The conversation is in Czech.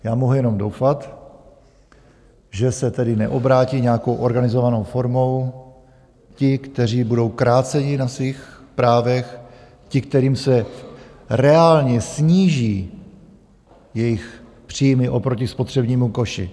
Já mohu jenom doufat, že se tedy neobrátí nějakou organizovanou formou ti, kteří budou kráceni na svých právech, ti, kterým se reálně sníží jejich příjmy oproti spotřebnímu koši.